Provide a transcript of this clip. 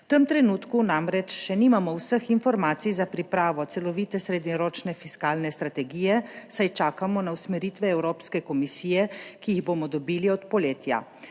V tem trenutku namreč še nimamo vseh informacij za pripravo celovite srednjeročne fiskalne strategije, saj čakamo na usmeritve Evropske komisije, ki jih bomo dobili od poletja.